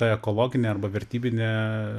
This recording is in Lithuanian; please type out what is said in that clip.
ta ekologinė arba vertybinė